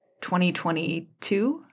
2022